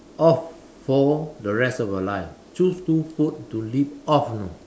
off for the rest of your life choose two food to live off you know